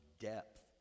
depth